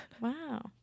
Wow